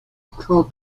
controlled